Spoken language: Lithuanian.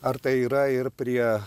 ar tai yra ir prie